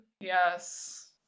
Yes